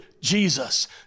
Jesus